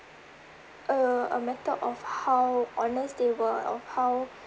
a a matter of how honest they were or how